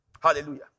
Hallelujah